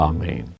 Amen